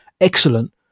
Excellent